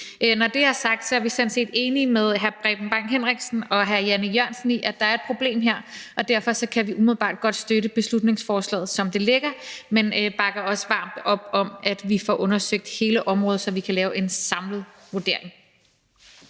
Når det er sagt, er vi sådan set enige med hr. Preben Bang Henriksen og hr. Jan E. Jørgensen i, at der er et problem her, og derfor kan vi umiddelbart godt støtte beslutningsforslaget, som det ligger. Men vi bakker også varmt op om, at vi får undersøgt hele området, så vi kan lave en samlet vurdering.